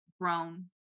grown